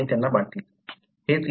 हेच इथे दाखवले आहे